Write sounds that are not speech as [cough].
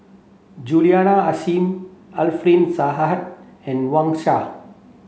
Juliana Yasin Alfian Sa [unintelligible] and Wang Sha